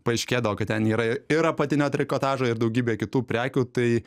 paaiškėdavo kad ten yra ir apatinio trikotažo ir daugybė kitų prekių tai